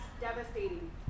devastating